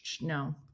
No